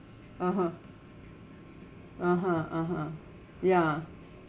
(uh huh) (uh huh) (uh huh) ya